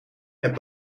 het